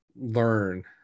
learn